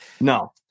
No